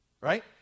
right